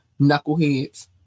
knuckleheads